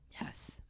yes